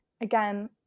again